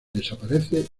desaparece